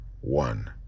one